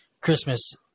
Christmas